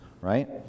Right